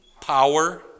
power